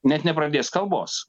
net nepradės kalbos